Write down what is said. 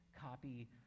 copy